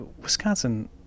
wisconsin